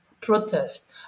protest